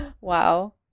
Wow